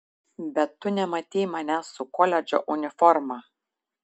bet tu nematei manęs su koledžo uniforma